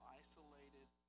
isolated